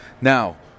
Now